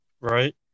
right